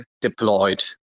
deployed